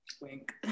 Wink